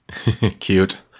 Cute